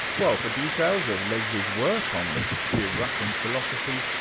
well for details of lesley's work on the history of russian philosophy,